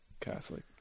Catholic